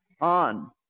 on